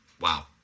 Wow